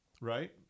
right